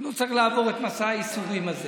ולא צריך לעבור את מסע הייסורים הזה.